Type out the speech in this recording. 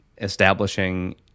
establishing